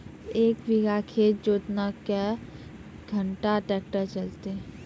एक बीघा खेत जोतना क्या घंटा ट्रैक्टर चलते?